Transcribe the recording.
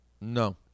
No